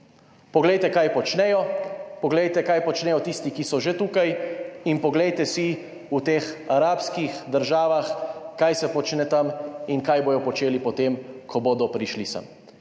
Poglejte, kaj počnejo? Poglejte, kaj počnejo tisti, ki so že tukaj in poglejte si v teh arabskih državah kaj se počne tam in kaj bodo počeli, potem ko bodo prišli sem?